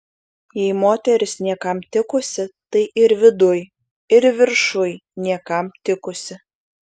jei moteris niekam tikusi tai ir viduj ir viršuj niekam tikusi